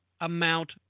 amount